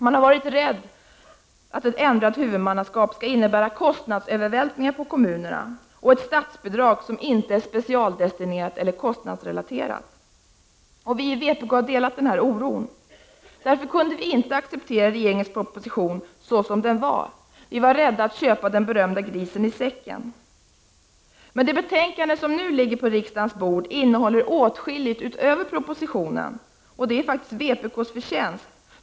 Man har varit rädd för att ett ändrat huvudmannanskap skall innebära kostnadsövervältringar på kommunerna och ett statsbidrag som inte är specialdestinerat eller kostnadsrelaterat. Vi i vpk har delat denna oro. Därför kunde vi inte acceptera regeringens proposition så som den var; vi var rädda för att köpa den berömda grisen i säcken. Det betänkande som nu ligger på riksdagens bord innehåller emellertid åtskilligt utöver propositionen, och det är faktiskt vpk:s förtjänst.